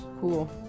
Cool